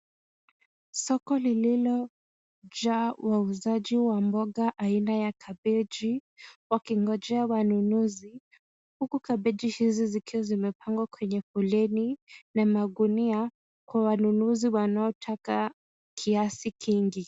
Soko lililojaa wauzaji wa mboga aina ya kabeji wakingojea wanunuzi huku kabeji hizi zikiwa zimepangwa kwenye foleni na magunia kwa wanunuzi wanaotaka kiasi kingi.